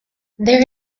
there